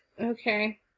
Okay